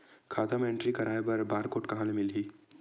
खाता म एंट्री कराय बर बार कोड कहां ले मिलही?